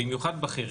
במיוחד בכיר,